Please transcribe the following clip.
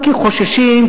כי חוששים,